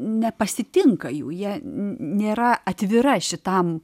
nepasitinka jų jie nėra atvira šitam